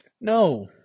No